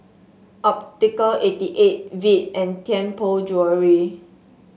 Optical eighty eight Veet and Tianpo Jewellery